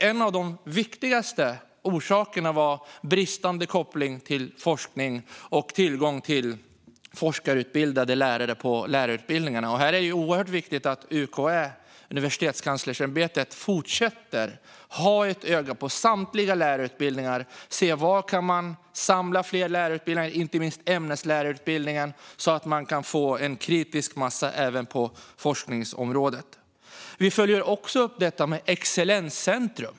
En av de viktigaste orsakerna var bristande koppling till forskning och tillgång till forskarutbildade lärare på lärarutbildningarna. Här är det oerhört viktigt att UKÄ fortsätter att ha ett öga på samtliga lärarutbildningar. Det handlar om att se var man kan samla fler lärarutbildningar, inte minst ämneslärarutbildningen, så att man kan få en kritisk massa även på forskningsområdet. Vi följer också upp detta med excellenscentrum.